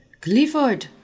Clifford